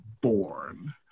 born